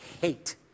hate